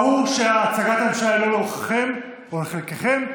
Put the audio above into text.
ברור שהצעת הממשלה לא לרוחכם, לחלקכם.